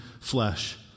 flesh